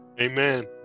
amen